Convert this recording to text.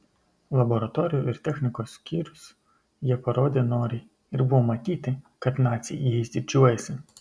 laboratorijų ir technikos skyrius jie parodė noriai ir buvo matyti kad naciai jais didžiuojasi